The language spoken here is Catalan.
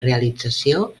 realització